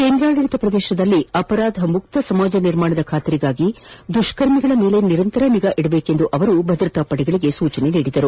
ಕೇಂದ್ರಾಡಳಿತ ಪ್ರದೇಶದಲ್ಲಿ ಅಪರಾಧ ಮುಕ್ತ ಸಮಾಜ ನಿರ್ಮಾಣದ ಖಾತರಿಗಾಗಿ ದುಷ್ಕರ್ಮಿಗಳ ಮೇಲೆ ನಿರಂತರ ನಿಗಾ ಇಡುವಂತೆ ಅವರು ಭದ್ರತಾ ಪಡೆಗಳಿಗೆ ಸೂಚಿಸಿದರು